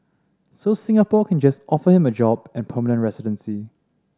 so Singapore can just offer him a job and permanent residency